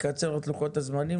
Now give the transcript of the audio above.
תקצר את לוחות הזמנים,